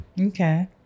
Okay